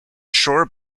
shore